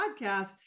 podcast